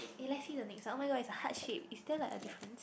eh let's see the next one oh-my-god it's a heart shape is there like a difference